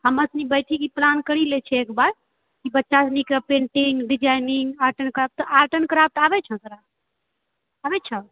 हमरा सब बैसि के प्लान करि लै छी एक बार बच्चा सबके painting designing art and craft आबै छौ ने आर्ट एन्ड क्राफ्ट आबै छौ